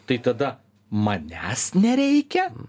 tai tada manęs nereikia